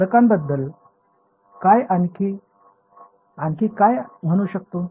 फरकांबद्दल आपण आणखी काय म्हणू शकतो